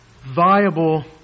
viable